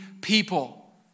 people